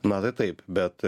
na tai taip bet